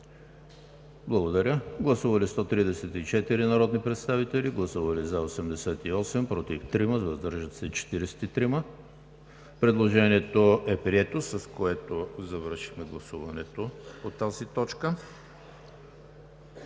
за § 10. Гласували 134 народни представители: за 88, против 3, въздържали се 43. Предложението е прието, с което завършихме гласуването по тази точка.